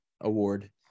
award